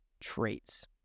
traits